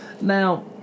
now